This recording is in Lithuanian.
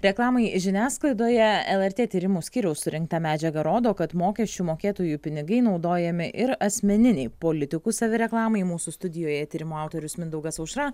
reklamai žiniasklaidoje lrt tyrimų skyriaus surinkta medžiaga rodo kad mokesčių mokėtojų pinigai naudojami ir asmeninei politikų savireklamai mūsų studijoje tyrimo autorius mindaugas aušra